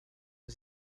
who